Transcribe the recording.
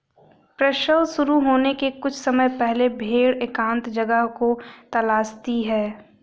प्रसव शुरू होने के कुछ समय पहले भेड़ एकांत जगह को तलाशती है